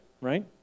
right